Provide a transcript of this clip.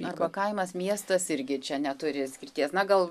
arba kaimas miestas irgi čia neturi skirties na gal